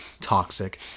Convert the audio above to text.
toxic